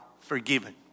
forgiven